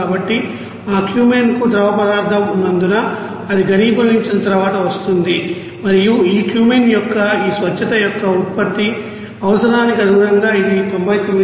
కాబట్టి ఆ క్యూమెన్కు ద్రవపదార్థం ఉన్నందున అది ఘనీభవించిన తర్వాత వస్తుంది మరియు ఈ క్యూమెన్ యొక్క ఈ స్వచ్ఛత యొక్క ఉత్పత్తి అవసరానికి అనుగుణంగా ఇది 99